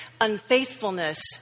unfaithfulness